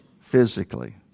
physically